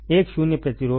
एक शून्य प्रतिरोध